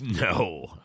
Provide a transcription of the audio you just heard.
No